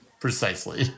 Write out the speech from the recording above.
Precisely